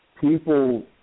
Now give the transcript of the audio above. people –